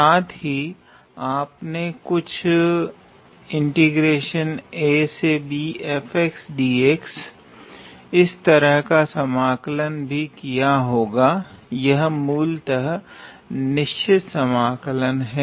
साथ ही आपने कुछ इस तरह का समाकल भी किया होगा यह मूलतः निश्चित समाकल हैं